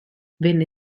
venne